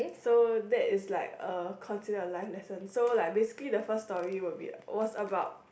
so that's like a concern your life lesson so basically the first story will be was about